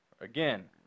Again